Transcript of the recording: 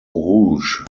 rouge